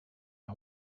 our